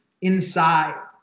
inside